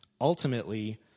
Ultimately